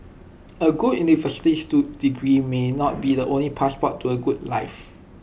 A good universities do degree may not be the only passport to A good life